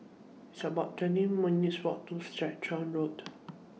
It's about twenty minutes' Walk to Stratton Road